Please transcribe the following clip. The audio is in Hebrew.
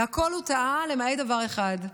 בכול הוא טעה, למעט דבר אחד: